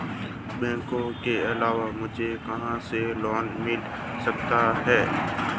बैंकों के अलावा मुझे कहां से लोंन मिल सकता है?